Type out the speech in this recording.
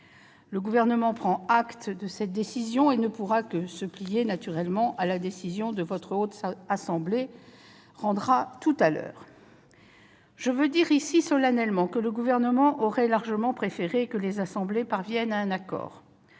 Le Gouvernement prend acte de cette décision et ne pourra que se plier à la décision que la Haute Assemblée rendra tout à l'heure. Je veux dire solennellement que le Gouvernement aurait largement préféré que les assemblées parviennent à un accord.